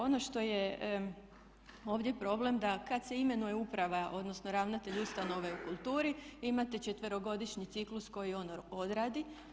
Ono što je ovdje problem da kada se imenuje uprava, odnosno ravnatelj ustanove u kulturi imate 4-godišnji ciklus koji on odradi.